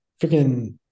freaking